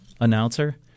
Announcer